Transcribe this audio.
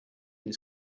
his